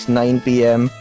9pm